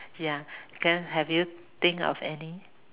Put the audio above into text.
ya can have you think of any